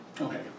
Okay